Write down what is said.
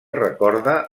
recorda